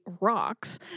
rocks